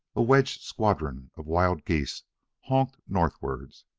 a wedged squadron of wild geese honked northwards.